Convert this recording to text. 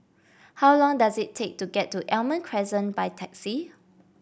how long does it take to get to Almond Crescent by taxi